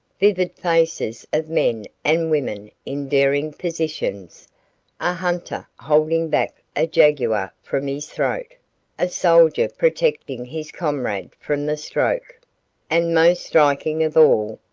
vivid faces of men and women in daring positions a hunter holding back a jaguar from his throat a soldier protecting his comrade from the stroke and most striking of all,